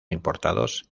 importados